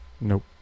Nope